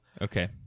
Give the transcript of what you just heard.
Okay